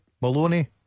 Maloney